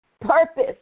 purpose